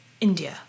India